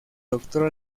doctor